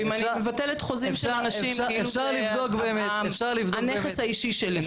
אם אני מבטלת חוזים של אנשים כאילו זה הנכס האישי שלי.